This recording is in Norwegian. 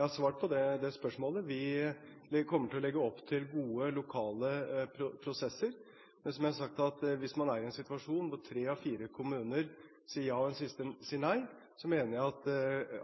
Vi kommer til å legge opp til gode lokale prosesser. Men som jeg har sagt, hvis man er i en situasjon hvor tre av fire kommuner sier ja og den siste sier nei, mener jeg